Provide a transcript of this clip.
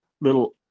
little